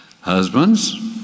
Husbands